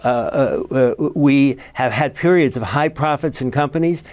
ah we have had periods of high profits in companies.